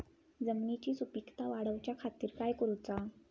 जमिनीची सुपीकता वाढवच्या खातीर काय करूचा?